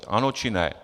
Ano, či ne?